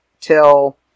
till